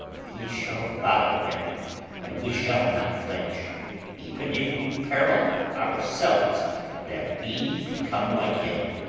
we shall follow him and we shall not flinch even if we peril ourselves that we become like him.